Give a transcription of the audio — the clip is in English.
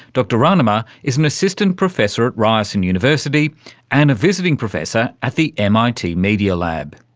dr rahnama is an assistant professor at ryerson university and a visiting professor at the mit media lab.